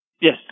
Yes